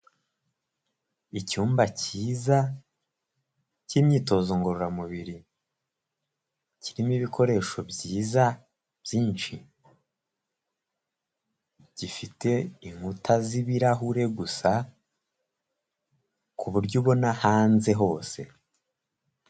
Icyumba cyiza cy'imyitozo ngororamubiri, kirimo ibikoresho byiza byinshi, gifite inkuta z'ibirahure gusa ku buryo ubona hanze hose.